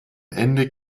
ende